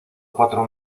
cuatro